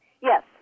Yes